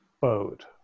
boat